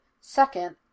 Second